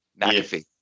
McAfee